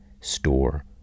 store